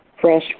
Fresh